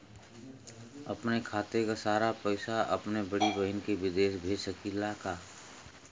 अपने खाते क सारा पैसा अपने बड़ी बहिन के विदेश भेज सकीला का?